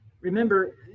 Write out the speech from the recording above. Remember